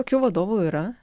tokių vadovų yra